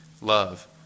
love